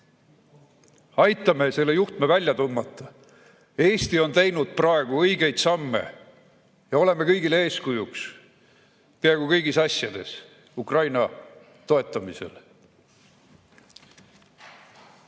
Aitame selle juhtme välja tõmmata. Eesti on teinud praegu õigeid samme. Me oleme kõigile eeskujuks peaaegu kõigis asjades Ukraina toetamisel.